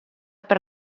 per